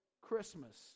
Christmas